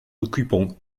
occupons